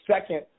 second